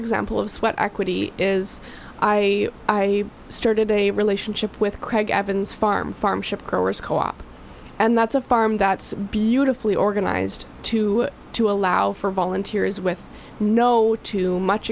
example of sweat equity is i i started a relationship with craig evans farm farm shop growers co op and that's a farm that's beautifully organized to to allow for volunteers with no too much